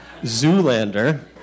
Zoolander